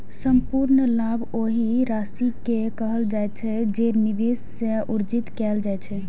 संपूर्ण लाभ ओहि राशि कें कहल जाइ छै, जे निवेश सं अर्जित कैल जाइ छै